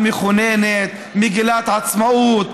המכוננת, מגילת העצמאות.